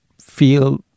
feel